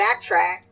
backtrack